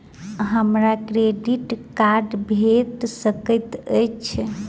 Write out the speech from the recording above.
हमरा credit card भेट सकैत अछि?